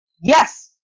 Yes